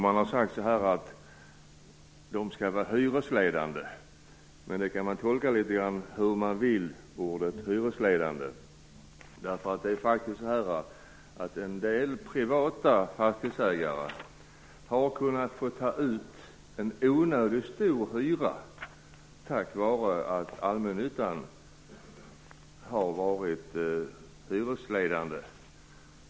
Det är sagt att dessa skall vara hyresledande. Det ordet kan man tolka litet som man vill. En del privata fastighetsägare har faktiskt kunnat ta ut en onödigt hög hyra på grund av allmännyttan har varit hyresledande.